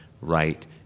right